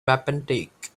wapentake